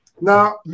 now